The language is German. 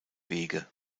wege